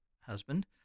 husband